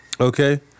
Okay